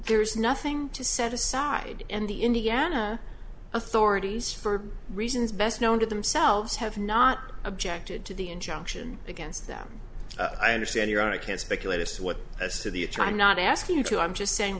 there's nothing to set aside and the indiana authorities for reasons best known to themselves have not objected to the injunction against them i understand your i can't speculate as to what as to the trying not asking you to i'm just saying